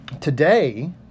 today